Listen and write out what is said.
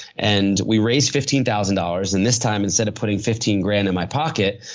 and we raised fifteen thousand dollars and this time, instead of putting fifteen grand in my pocket,